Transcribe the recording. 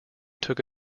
took